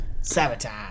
Sabotage